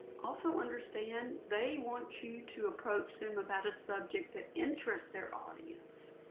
also, understand they want you to approach them about a subject that interests their audience.